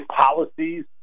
policies